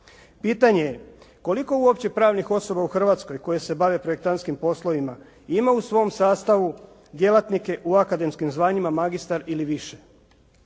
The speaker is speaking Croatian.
Pitanje je, koliko uopće pravnih osoba u Hrvatskoj koje se bave projektantskim poslovima ima u svom sastavu djelatnike u akademskim zvanjima magistar ili više.